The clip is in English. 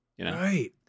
right